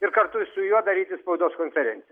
ir kartu su juo daryti spaudos konferenciją